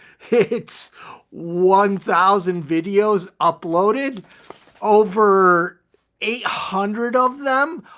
it's one thousand videos uploaded over eight hundred of them,